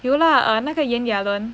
有啦呃那个炎亚纶